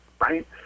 right